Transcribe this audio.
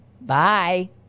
Bye